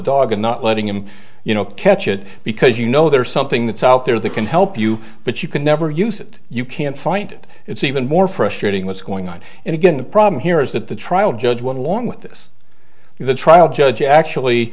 dog and not letting him you know catch it because you know there's something that's out there that can help you but you can never use it you can't find it it's even more frustrating what's going on and again the problem here is that the trial judge went along with this the trial judge actually